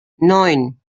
neun